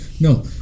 No